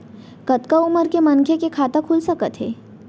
कतका उमर के मनखे के खाता खुल सकथे?